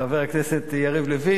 חבר הכנסת יריב לוין,